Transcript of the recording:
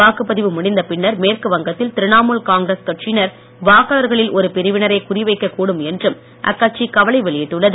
வாக்குப்பதிவு முடிந்த பின்னர் மேற்கு வங்கத்தில் திரணாமூல் காங்கிரஸ் கட்சியினர் வாக்காளர்களில் ஒரு பிரினவினரை குறிவைக்கக் கூடும் என்றும் அக்கட்சி கவலை வெளியிட்டுள்ளது